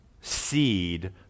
seed